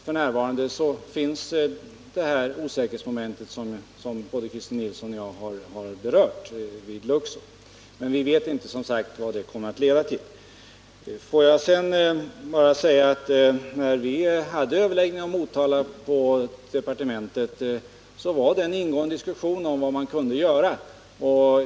F. n. finns det osäkerhetsmoment vid Luxor som både Christer Nilsson och jag har berört, men vi vet som sagt inte vad de kommer att leda till. Får jag sedan bara säga att när vi hade överläggning om Motala på departementet var det en ingående diskussion om vad man kunde göra.